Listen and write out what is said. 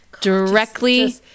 Directly